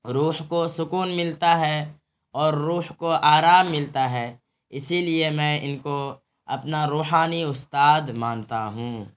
روح کو سکون ملتا ہے اور روح کو آرام ملتا ہے اسی لیے میں ان کو اپنا روحانی استاد مانتا ہوں